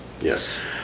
Yes